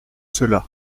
cela